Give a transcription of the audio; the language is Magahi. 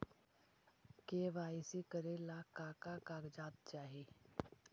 के.वाई.सी करे ला का का कागजात चाही?